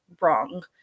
wrong